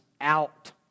out